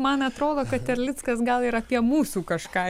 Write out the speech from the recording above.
man atrodo kad erlickas gal ir apie mūsų kažką